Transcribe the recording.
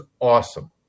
awesome